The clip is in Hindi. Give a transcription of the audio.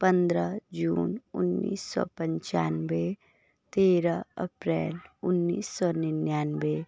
पंद्रह जून उन्नीस सौ पचानवे तेरह अप्रैल उन्नीस सौ निन्यानवे